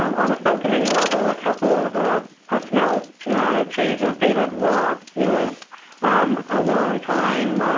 um on a subcommittee level, a couple of personnel changes. david roth who is a long-time